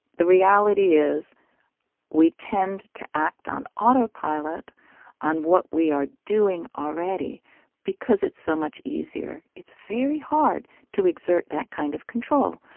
the reality is we tend to act on autopilot on what we are doing already because it's so much easier. it's very hard to exert that kind of control.